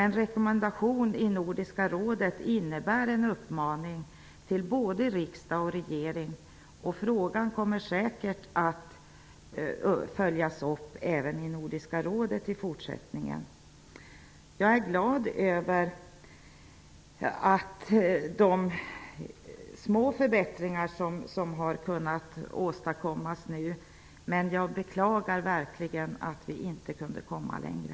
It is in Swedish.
En rekommendation i Nordiska rådet innebär en uppmaning till både riksdag och regering. Frågan kommer säkert att följas upp även i Nordiska rådet i fortsättningen. Jag är glad över de små förbättringar som kunnat åstadkommas, men beklagar verkligen att vi inte kunde komma längre.